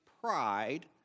pride